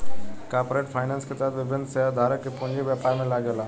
corporate finance के तहत विभिन्न शेयरधारक के पूंजी व्यापार में लागेला